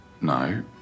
No